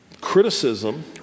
criticism